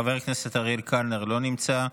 חבר הכנסת אריאל קלנר, לא נמצא.